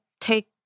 take